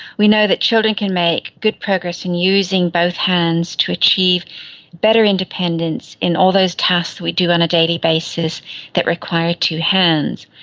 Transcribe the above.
we know that children can make good progress in using both hands to achieve better independence in all those tasks we do on a daily basis that require two hands.